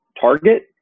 target